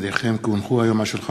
ולצערי הצביעו מאות אלפים,